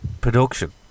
production